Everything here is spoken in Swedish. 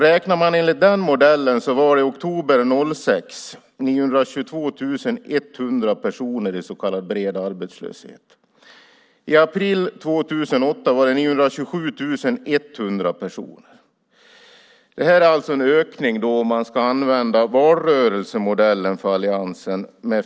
Räknar man enligt den modellen var det 922 100 personer i så kallad bred arbetslöshet i oktober 2006. I april 2008 var det 927 100 personer. Det är alltså en ökning med 5 000 personer, om man ska använda valrörelsemodellen från alliansen.